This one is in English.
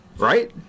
Right